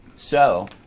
so